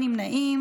בתי דין מינהליים